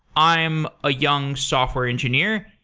i'm a young software engineer.